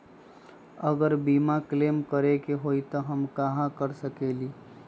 अगर बीमा क्लेम करे के होई त हम कहा कर सकेली?